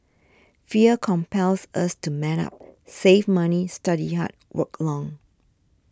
fear compels us to man up save money study hard work long